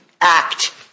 act